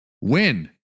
win